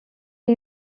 are